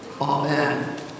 Amen